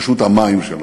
רשות המים שלהם,